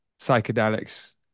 psychedelics